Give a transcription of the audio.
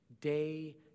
Day